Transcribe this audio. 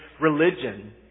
religion